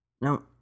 Now